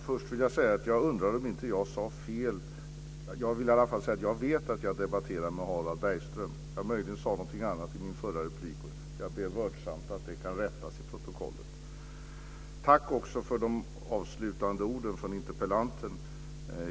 Fru talman! Först vill jag säga att jag vet att jag debatterar med Harald Bergström. Möjligen sade jag någonting annat i mitt förra inlägg. Jag ber vördsamt att det kan rättas i protokollet. Jag vill också tacka för de avslutande orden från interpellanten.